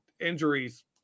injuries